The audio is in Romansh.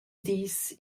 dis